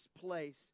place